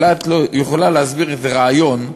אולי את יכולה להסביר איזה רעיון,